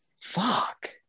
Fuck